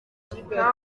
nta